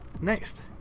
next